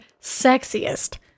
sexiest